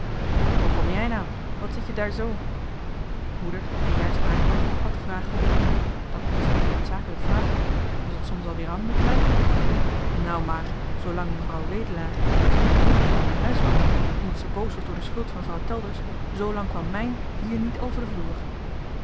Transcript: hoe kom jij nou wat zit je d'ar z moeder die juist aankwam had de vraag gehoord dat most piet noodzakelijk vragen was het soms al weer an mit mijn nou maar zoo lang mevrouw wedelaar dien niet meer in d'er huis wou hebben omdat ze boos was door de schuld van vrouw telders zoo lang kwam mijn hier niet over de vloer